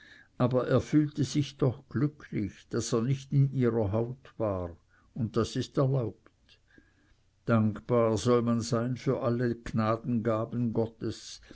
aber er fühlte sich doch glücklich daß er nicht in ihrer haut war und das ist erlaubt dankbar soll man sein für alle gnadengaben gottes